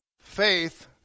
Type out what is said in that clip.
Faith